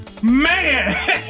man